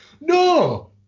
No